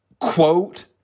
quote